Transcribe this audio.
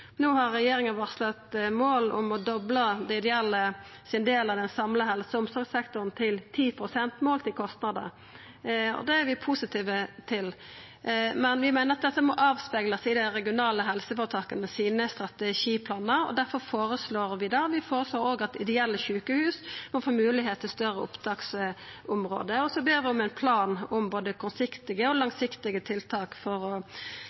No har regjeringa varsla eit mål om å dobla dei ideelle sin del av den samla helse- og omsorgssektoren til 10 pst. målt i kostnader. Det er vi positive til. Men vi meiner at dette må speglast i strategiplanane til dei regionale helseføretaka. Difor føreslår vi det. Vi føreslår òg at ideelle sjukehus må få moglegheit til større opptaksområde. Så ber vi om ein plan med både kortsiktige og langsiktige tiltak for å